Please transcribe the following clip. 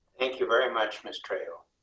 thank you very much. miss trail.